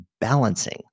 balancing